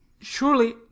surely